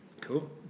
Cool